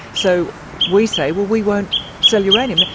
so we say, well we won't sell uranium.